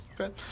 Okay